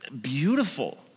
beautiful